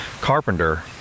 carpenter